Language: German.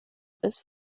ist